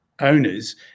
owners